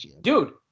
Dude